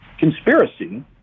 Conspiracy